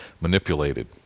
manipulated